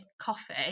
coffee